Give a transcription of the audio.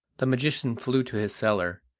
the magician flew to his cellar,